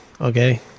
Okay